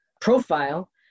profile